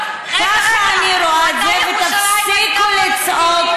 ככה אני רואה את זה, ותפסיקו לצעוק.